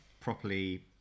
properly